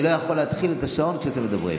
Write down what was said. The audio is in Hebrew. אני לא יכול להתחיל את השעון כשאתם מדברים.